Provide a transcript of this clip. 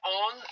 on